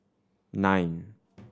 nine